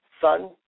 Sun